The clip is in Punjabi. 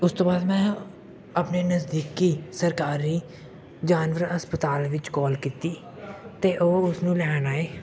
ਉਸ ਤੋਂ ਬਾਅਦ ਮੈਂ ਆਪਣੇ ਨਜ਼ਦੀਕੀ ਸਰਕਾਰੀ ਜਾਨਵਰ ਹਸਪਤਾਲ ਵਿੱਚ ਕਾਲ ਕੀਤੀ ਅਤੇ ਉਹ ਉਸ ਨੂੰ ਲੈਣ ਆਏ